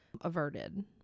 averted